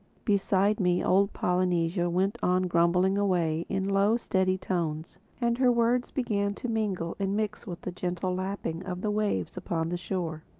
beside me old polynesia went on grumbling away in low steady tones and her words began to mingle and mix with the gentle lapping of the waves upon the shore.